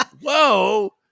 whoa